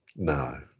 No